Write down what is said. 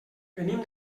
venim